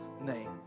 name